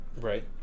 Right